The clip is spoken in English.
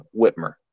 Whitmer